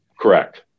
Correct